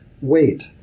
wait